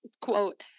quote